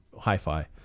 Hi-Fi